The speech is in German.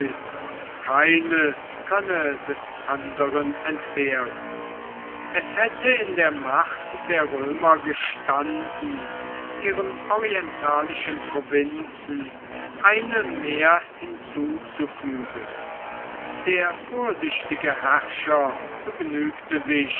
und keines könne des anderen entbehren es hätte in der macht der römer gestanden ihren orientalischen provinzen eine mehr hinzuzufügen der vorsichtige herrscher begnügte sich